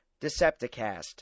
Decepticast